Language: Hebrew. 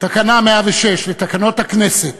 תקנה 106 ותקנות הכנסת